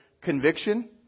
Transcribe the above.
conviction